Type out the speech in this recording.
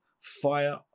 fire